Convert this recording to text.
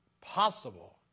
possible